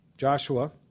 Joshua